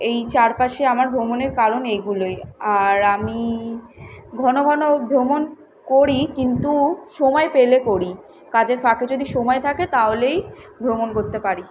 এই চারপাশে আমার ভ্রমণের কারণ এইগুলোই আর আমি ঘনঘন ভ্রমণ করি কিন্তু সময় পেলে করি কাজের ফাঁকে যদি সময় থাকে তাহলেই ভ্রমণ করতে পারি